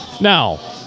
Now